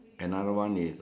another one is